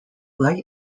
light